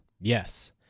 Yes